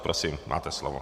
Prosím, máte slovo.